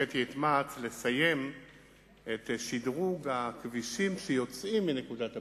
הנחיתי את מע"צ לסיים את שדרוג הכבישים שיוצאים מנקודת המוצא,